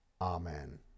Amen